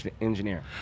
engineer